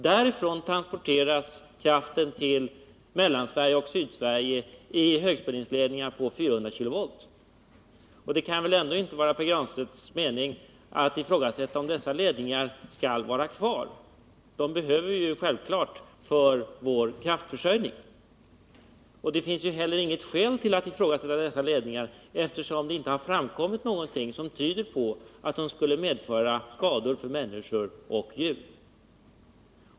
Därifrån transporteras kraften till Mellansverige och Sydsverige i högspänningsledningar på 400-kV.Det kan väl ändå inte vara Pär Granstedts mening att ifrågasätta huruvida dessa ledningar skall vara kvar — dem behöver vi självfallet för vår kraftförsörjning. Det finns heller inget skäl att ifrågasätta dessa ledningar, eftersom det inte har framkommit någonting som tyder på att de skulle medföra skador på människor och djur.